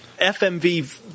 FMV